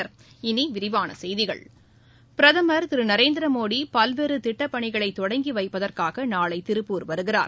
இனிவிரிவானசெய்திகள் பிரதமர் திருநரேந்திரமோடிபல்வேறுதிட்டப்பணிகளைதொடங்கிவைப்பதற்காகநாளைதிருப்பூர் வருகிறார்